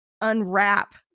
unwrap